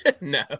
No